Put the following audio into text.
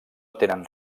tenen